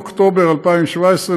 אוקטובר 2017,